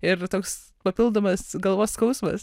ir tada toks papildomas galvos skausmas